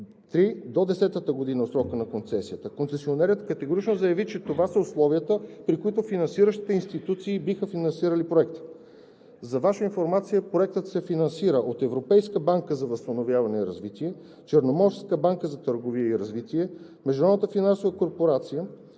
десетата година от срока на концесията. Концесионерът категорично заяви, че това са условията, при които финансиращите институции биха финансирали Проекта. За Ваша информация, Проектът се финансира от Европейската банка за възстановяване и развитие, Черноморската банка за търговия и развитие, Международната финансова корпорация,